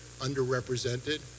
underrepresented